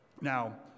Now